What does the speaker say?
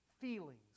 feelings